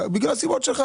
בגלל הסיבות שלך,